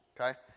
Okay